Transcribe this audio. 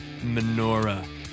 Menorah